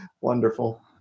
Wonderful